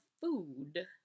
food